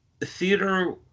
theater